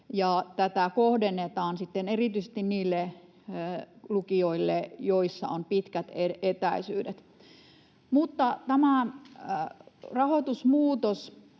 tätä kohdennetaan sitten erityisesti niille lukioille, joihin on pitkät etäisyydet. Mutta tämä rahoitusmuutos